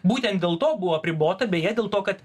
būtent dėl to buvo apribota beje dėl to kad